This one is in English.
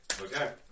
Okay